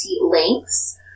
lengths